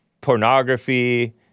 pornography